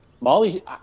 Molly